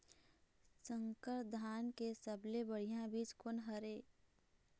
संकर धान के सबले बढ़िया बीज कोन हर ये?